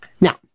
Now